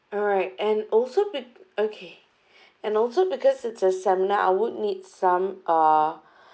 alright and also bec~ okay and also because it's a seminar I would need some uh